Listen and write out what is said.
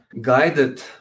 guided